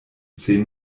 zehn